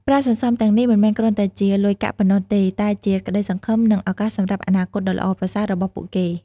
ប្រាក់សន្សំទាំងនេះមិនមែនគ្រាន់តែជាលុយកាក់ប៉ុណ្ណោះទេ តែជាក្ដីសង្ឃឹម និងឱកាសសម្រាប់អនាគតដ៏ល្អប្រសើររបស់ពួកគេ។